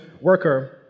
worker